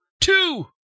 Two